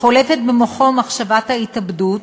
חולפת במוחו מחשבת ההתאבדות,